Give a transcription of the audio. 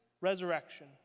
resurrection